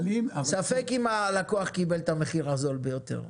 ספק אם הלקוח קיבל את המחיר הזול ביותר.